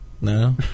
No